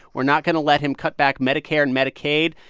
we're not going to let him cut back medicare and medicaid.